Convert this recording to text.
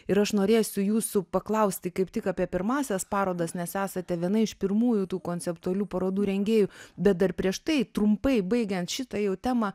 ir aš norėsiu jūsų paklausti kaip tik apie pirmąsias parodas nes esate viena iš pirmųjų tų konceptualių parodų rengėjų bet dar prieš tai trumpai baigiant šitą jau temą